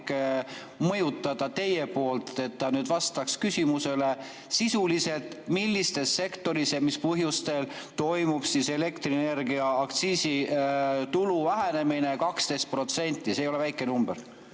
mõjutada, et ta vastaks küsimusele sisuliselt, millistes sektorites ja mis põhjustel toimub elektrienergia aktsiisi tulu vähenemine 12%? See ei ole väike number.